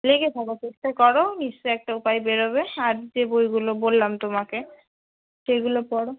লেগে থাকো চেষ্টা করো নিশ্চই একটা উপায় বেরোবে আর যে বইগুলো বললাম তোমাকে সেইগুলো পড়ো